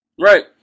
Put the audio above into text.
Right